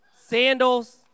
sandals